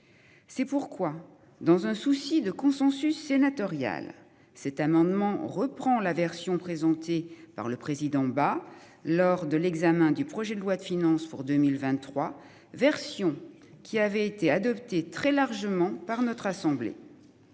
C'est pourquoi, dans un souci de consensus sénatoriale cet amendement reprend la version présentée par le président bah lors de l'examen du projet de loi de finances pour 2023, version qui avait été adopté très largement par notre assemblée.